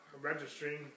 registering